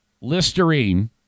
Listerine